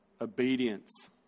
Obedience